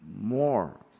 more